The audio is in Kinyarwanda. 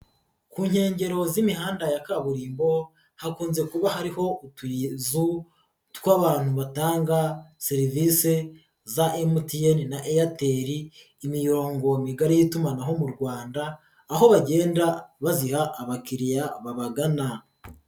Ku nkengero z'imihanda ya kaburimbo hakunze kuba hariho utuyizo tw'abantu batanga serivisi za MTN na airtel, imirongo migari y'itumanaho mu rwanda, aho bagenda baziha abakiriya babagana.